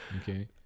Okay